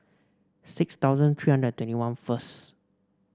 six thousand three hundred and twenty one first